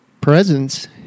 presence